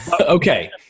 Okay